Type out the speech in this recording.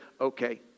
okay